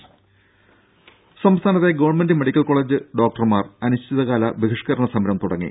ദേദ സംസ്ഥാനത്തെ government medical college ഡോക്ടർമാർ അനിശ്ചിതകാല ബഹിഷ്കരണ സമരം തുടങ്ങി